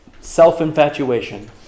self-infatuation